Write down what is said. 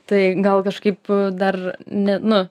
tai gal kažkaip dar ne nu